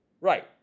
right